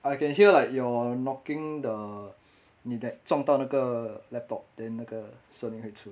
I can hear like your knocking the 你的撞到那个 laptop then 那个声音会出